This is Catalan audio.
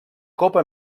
copa